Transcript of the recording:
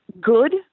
good